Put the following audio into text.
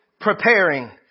preparing